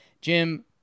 Jim